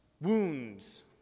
Wounds